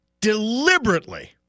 deliberately